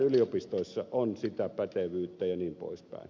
yliopistoissa on sitä pätevyyttä jnp